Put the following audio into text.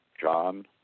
John